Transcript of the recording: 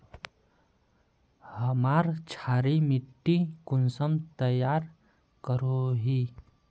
हमार क्षारी मिट्टी कुंसम तैयार करोही?